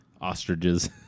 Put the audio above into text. Ostriches